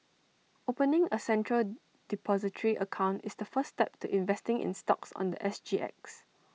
opening A central Depository account is the first step to investing in stocks on The S G X